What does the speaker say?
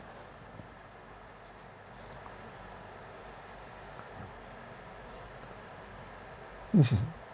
mm